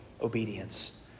obedience